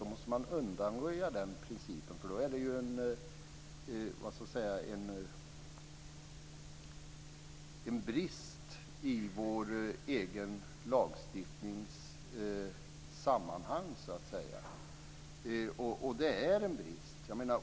Då måste man undanröja denna princip, för då är det ju en brist i vår egen lagstiftnings sammanhang. Och det är en brist.